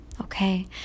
okay